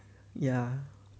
ya